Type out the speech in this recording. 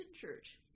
Church